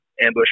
ambush